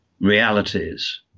realities